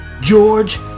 George